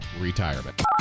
retirement